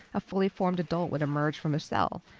a fully formed adult would emerge from a cell,